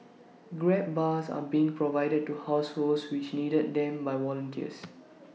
grab bars are being provided to households which needed them by volunteers